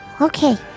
Okay